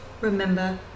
remember